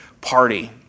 party